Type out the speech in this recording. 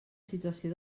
situació